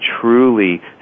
truly